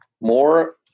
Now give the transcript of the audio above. more